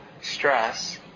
stress